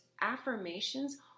affirmations